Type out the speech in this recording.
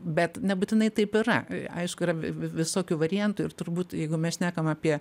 bet nebūtinai taip yra aišku yra vi vi visokių variantų ir turbūt jeigu mes šnekam apie